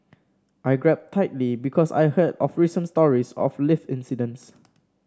I grabbed tightly because I heard of recent stories of lift incidents